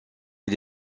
est